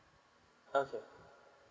okay